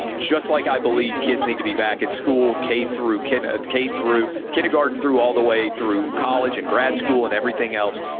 just like i believe kids need to be back in school, k through k and ah k through kindergarten, through all the way through college and grad school and everything else.